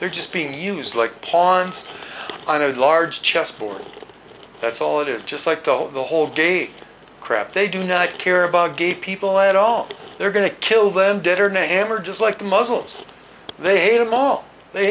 they're just being used like pawns i know large chessboard that's all it is just like the whole the whole gate crap they do not care about gay people at all they're going to kill them dead or nay ammar just like the muzzles they hate him all they